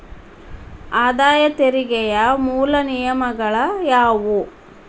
ಆದಾಯ ತೆರಿಗೆಯ ಮೂಲ ನಿಯಮಗಳ ಯಾವು